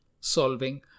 solving